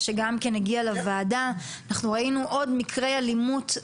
אנחנו ראינו עוד מקרים קשים של אלימות.